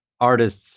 artists